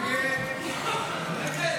הסתייגות 2 לא נתקבלה.